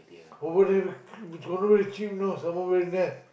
over there very if condo very cheap know some more been there